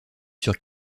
sur